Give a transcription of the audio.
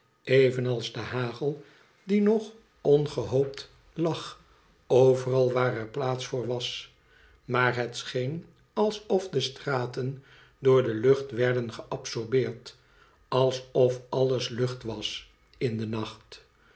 evenals de hagel die nog ongehoopt lag overal waar er plaats voor was maar het scheen alsof de straten door de lucht werden geabsorbeerd alsof alles lucht was in den nacht